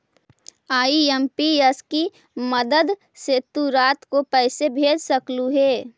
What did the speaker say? IMPS की मदद से तु रात को पैसे भेज सकलू हे